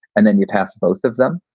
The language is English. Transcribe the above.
and then you've passed both of them.